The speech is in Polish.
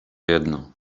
jedno